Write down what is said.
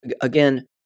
Again